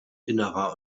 innerer